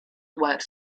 works